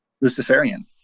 Luciferian